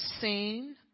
seen